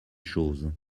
choses